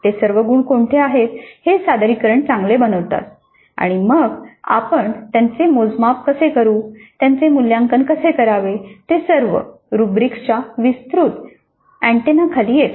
ते सर्व गुण कोणते आहेत जे सादरीकरण चांगले बनवतात आणि मग आपण त्याचे मोजमाप कसे करू त्यांचे मूल्यांकन कसे करावे ते सर्व रुब्रिक्सच्या विस्तृत अँटेनाखाली येतात